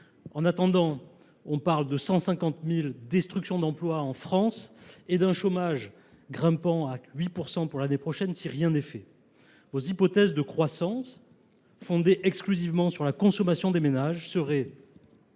En attendant, on parle de 150 000 destructions d’emplois en France et d’un chômage grimpant à 8 % l’année prochaine, si rien n’est fait. Vos hypothèses de croissance, fondées exclusivement sur la consommation des ménages, seraient,